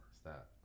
Stop